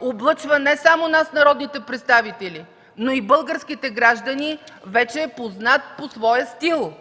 облъчва не само нас, народните представители, но и българските граждани, вече е познат по своя стил.